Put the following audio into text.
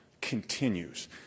continues